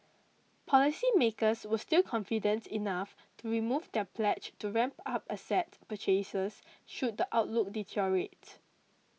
policy makers were still confident enough to remove their pledge to ramp up asset purchases should the outlook deteriorate